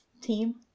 team